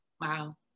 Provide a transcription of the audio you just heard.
Wow